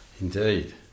Indeed